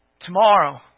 Tomorrow